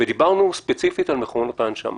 ודיברנו ספציפית על מכונות ההנשמה.